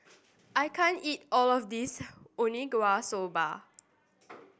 I can't eat all of this soba